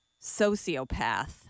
sociopath